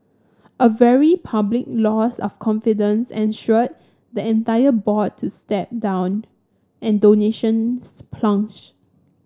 a very public loss of confidence ensued the entire board to stepped down and donations plunged